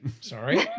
sorry